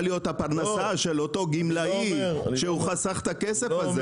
להיות הפרנסה של אותו גמלאי שחסך את הכסף הזה.